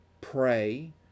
Pray